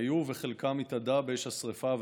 היו, וחלקם התאדה באש השרפה והכבשנים.